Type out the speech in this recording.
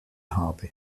habe